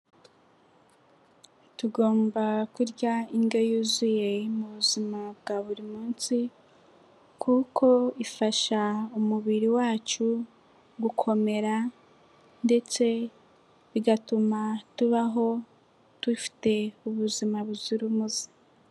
Tugomba kurya indyo yuzuye mu buzima bwa buri munsi, kuko ifasha umubiri wacu gukomera ndetse bigatuma tubaho dufite ubuzima buzira umuze.